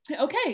Okay